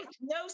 no